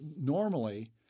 normally